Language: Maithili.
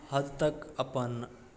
हद तक अपन